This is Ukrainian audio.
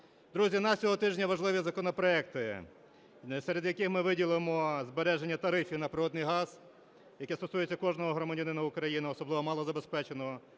Друзі, у нас цього тижня важливі законопроекти, серед яких ми виділимо збереження тарифів на природний газ, який стосується кожного громадянина України, особливо малозабезпеченого,